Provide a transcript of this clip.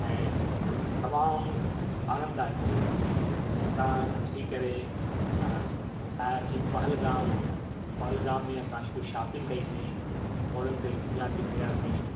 ऐं तमामु आनंदायक हुओ हुतां थी करे ऐं असी पहलगाम पहलगाम में असां कुझु शापिंग कईसीं घोड़नि ते घुमियासीं फिरियासीं